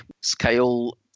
scale